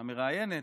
המראיינת: